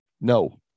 No